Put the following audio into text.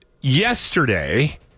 Yesterday